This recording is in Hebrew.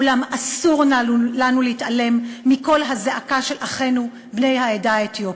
אולם אסור לנו להתעלם מקול הזעקה של אחינו בני העדה האתיופית.